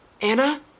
Anna